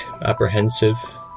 apprehensive